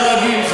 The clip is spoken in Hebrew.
כרגיל,